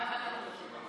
אינו נוכח.